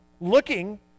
looking